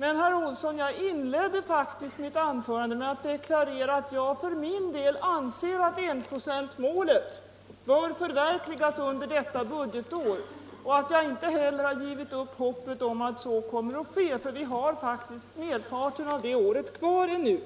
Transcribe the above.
Men, herr Olsson i Kil, jag inledde mitt anförande med att deklarera att jag för min del anser att enprocentsmålet bör förverkligas under detta budgetår och att jag inte heller har gett upp hoppet om att så kommer att ske — för vi har faktiskt merparten av det året kvar ännu.